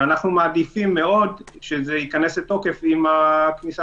אנחנו מעדיפים מאוד שזה ייכנס לתוקף עם הכניסה